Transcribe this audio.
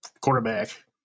quarterback